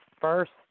first